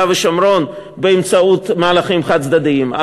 ושומרון באמצעות מהלכים חד-צדדיים,